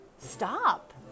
stop